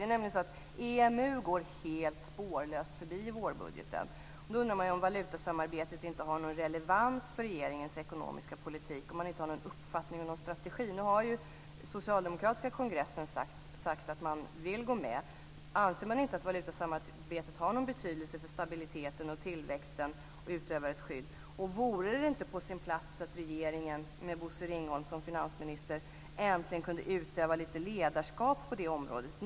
I vårbudgeten går EMU helt spårlöst förbi. Man undrar om valutasamarbetet inte har någon relevans för regeringens ekonomiska politik. Har den ingen uppfattning och strategi? Den socialdemokratiska kongressen har ju nu sagt att man vill gå med i EMU. Anser ni inte att valutasamarbetet har någon betydelse för stabiliteten och tillväxten och att det utövar ett skydd? Vore det inte på sin plats att regeringen med Bosse Ringholm som finansminister äntligen kunde utöva lite ledarskap på det området?